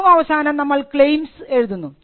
ഏറ്റവും അവസാനം നമ്മൾ ക്ലെയിംസ് എഴുതുന്നു